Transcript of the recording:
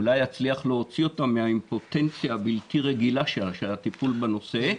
אולי אצליח להוציא אותה מהאימפוטנציה הבלתי-רגילה שלה בטיפול בנושא,